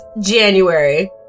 January